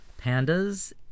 Pandas